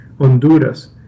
Honduras